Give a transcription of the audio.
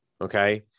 Okay